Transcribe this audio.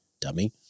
dummy